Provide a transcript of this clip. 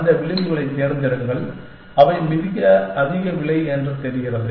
அந்த விளிம்புகளைத் தேர்ந்தெடுங்கள் அவை மிக அதிக விலை என்று தெரிகிறது